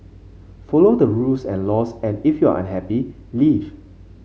follow the rules and laws and if you're unhappy leave